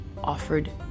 offered